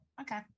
okay